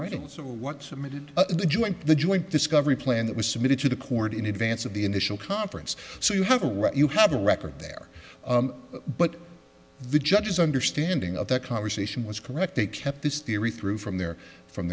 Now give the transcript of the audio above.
writing so what cemented the joint the joint discovery plan that was submitted to the court in advance of the initial conference so you have a right you have the record there but the judges understanding of that conversation was correct they kept this theory through from there from